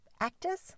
actors